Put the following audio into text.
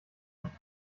nicht